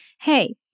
hey